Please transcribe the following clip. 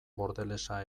bordelesa